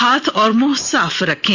हाथ और मुंह साफ रखें